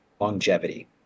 longevity